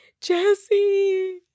Jesse